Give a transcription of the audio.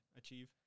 achieve